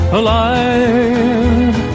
alive